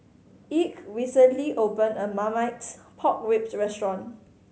Ike recently opened a new Marmite Pork Ribs restaurant